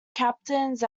captains